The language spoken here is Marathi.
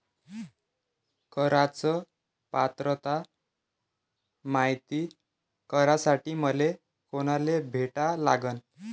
कराच पात्रता मायती करासाठी मले कोनाले भेटा लागन?